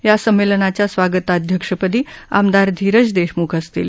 या संमेलनाच्या स्वागताध्यक्षपदी आमदार धिरज देशम्ख असतील